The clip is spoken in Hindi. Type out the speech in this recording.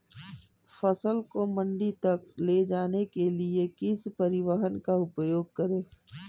फसल को मंडी तक ले जाने के लिए किस परिवहन का उपयोग करें?